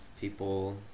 people